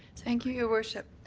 thank you, your worship.